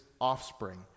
offspring